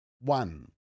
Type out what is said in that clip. one